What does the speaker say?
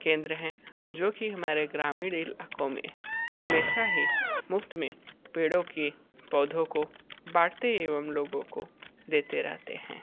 केंद्र हैं जो कि हमारे ग्रामीण इलाकों में हमेशा ही मुफ़्त में पेड़ों की पौधों को बाँटते एवं लोगों को देते रहते हैं